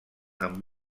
amb